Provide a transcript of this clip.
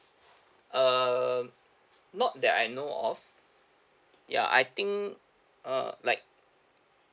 um not that I know of ya I think uh like